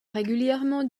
régulièrement